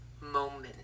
moment